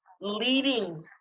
leading